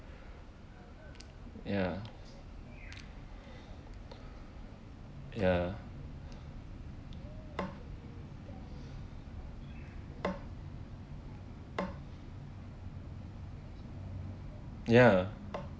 ya ya ya